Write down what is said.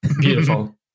Beautiful